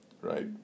Right